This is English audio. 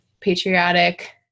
Patriotic